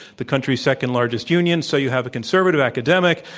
the country's second largest union. so, you have a conservative academic,